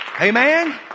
amen